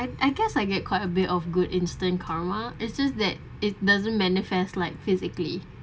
I guess I get quite a bit of good instant karma it's just that it doesn't manifest like physically